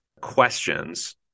questions